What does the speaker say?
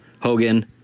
Hogan